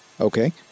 Okay